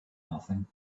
nothing